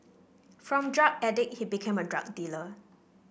from drug addict he became a drug dealer